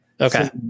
okay